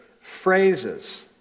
phrases